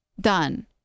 done